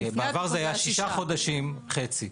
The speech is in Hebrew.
בעבר זה היה שישה חודשים חצי.